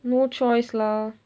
no choice lah